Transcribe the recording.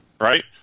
Right